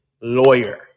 lawyer